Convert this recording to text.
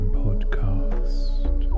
podcast